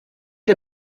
der